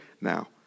Now